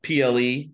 PLE